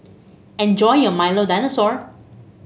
enjoy your Milo Dinosaur